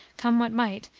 come what might,